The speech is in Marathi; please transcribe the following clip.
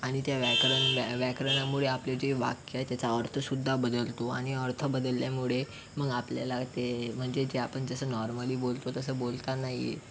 आणि त्या व्याकरण व्या व्याकरणामुळे आपले जे वाक्य आहे त्याचा अर्थ सुद्धा बदलतो आणि अर्थ बदल्यामुळे मग आपल्याला ते म्हणजे जे आपण जसे नॉर्मली बोलतो तसे बोलता नाही येत